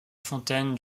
fontaine